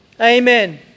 Amen